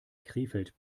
krefeld